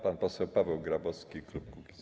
Pan poseł Paweł Grabowski, klub Kukiz’15.